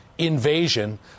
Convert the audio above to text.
invasion